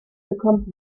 bekommt